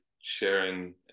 sharing